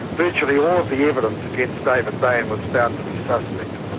virtually all of the evidence against david bain was found to be suspect.